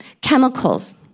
chemicals